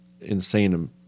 insane